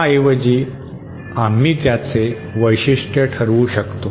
त्याऐवजी आम्ही त्याचे वैशिष्ट्य ठरवू शकतो